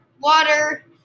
water